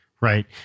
Right